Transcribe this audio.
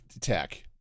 tech